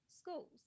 schools